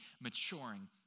maturing